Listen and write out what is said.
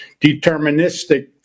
Deterministic